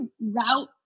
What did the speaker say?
route